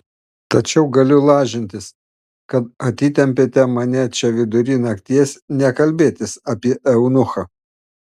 tačiau galiu lažintis kad atitempėte mane čia vidury nakties ne kalbėtis apie eunuchą